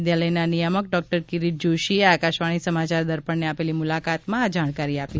વિદ્યાલયના નિયામક ડોકટર કિરીટ જોશીએ આકાશવાણી સમાચાર દર્પણને આપેલી મુલાકાતમાં આ જાણકારી આપી